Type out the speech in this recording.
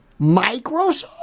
Microsoft